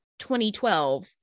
2012